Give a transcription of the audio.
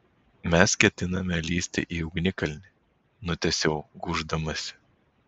mes ketiname lįsti į ugnikalnį nutęsiau gūždamasi